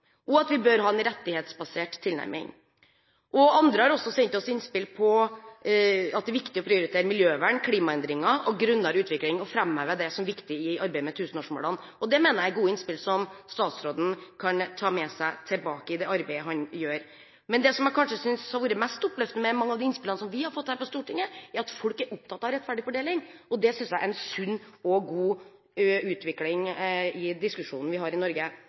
og at vi bør ha en rettighetsbasert tilnærming. Andre har også sendt oss innspill om at det er viktig å prioritere miljøvern, klimaendringer og grønnere utvikling og har framhevet det som viktig i arbeidet med tusenårsmålene. Det mener jeg er gode innspill som statsråden kan ta med seg tilbake i det arbeidet han gjør. Men det jeg kanskje synes har vært mest oppløftende med mange av de innspillene vi har fått her på Stortinget, er at folk er opptatt av rettferdig fordeling. Det synes jeg er en sunn og god utvikling i diskusjonen vi har i Norge.